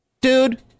Dude